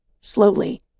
Slowly